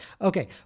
Okay